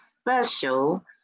special